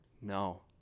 No